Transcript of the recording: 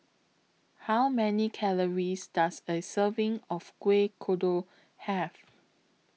How Many Calories Does A Serving of Kuih Kodok Have